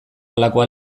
halakoa